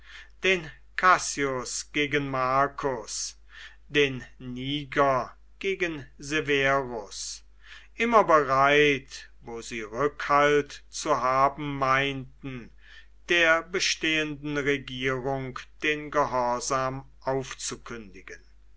den cassius gegen marcus den niger gegen severus immer bereit wo sie rückhalt zu haben meinten der bestehenden regierung den gehorsam aufzukündigen